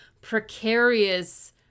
precarious